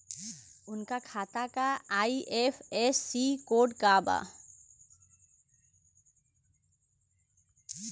उनका खाता का आई.एफ.एस.सी कोड का बा?